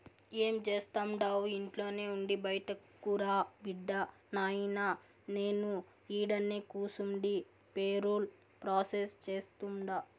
ఏం జేస్తండావు ఇంట్లోనే ఉండి బైటకురా బిడ్డా, నాయినా నేను ఈడనే కూసుండి పేరోల్ ప్రాసెస్ సేస్తుండా